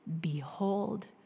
behold